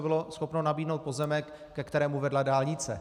Bylo schopno nabídnout pozemek, ke kterému vedla dálnice.